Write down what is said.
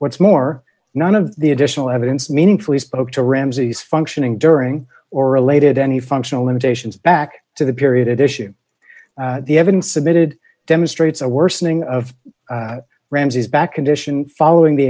what's more none of the additional evidence meaningfully spoke to ramsay's functioning during or related any functional limitations back to the period issue the evidence submitted demonstrates a worsening of ramsay's back condition following the